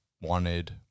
wanted